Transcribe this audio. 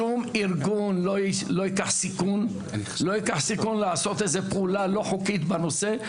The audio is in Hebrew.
שום ארגון לא ייקח סיכון לעשות איזה פעולה לא חוקית בנושא,